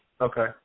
okay